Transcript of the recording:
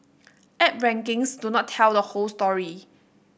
app rankings do not tell the whole story